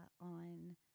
on